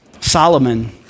Solomon